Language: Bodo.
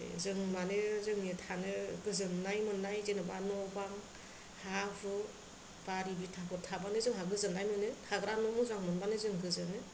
जों माने जोंनि थानो गोजोननाय मोननाय जेनेबा न' बां हा हु बारि भिथाफोर थाबानो जोंहा गोजोननाय मोनो थाग्रा न' मोजां मोनबानो जों गोजोनो